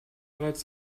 bereits